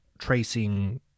tracing